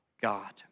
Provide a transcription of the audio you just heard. God